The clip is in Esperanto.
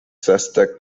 sesdek